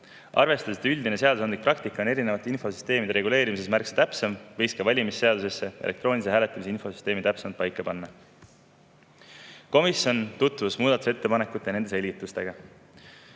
Arvestades, et üldine seadusandlik praktika on erinevate infosüsteemide reguleerimisel märksa täpsem, võiks ka valimisseadustes elektroonilise hääletamise infosüsteemi täpsemalt paika panna. Komisjon tutvus muudatusettepanekute ja nende selgitustega